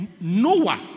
Noah